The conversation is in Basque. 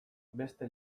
beste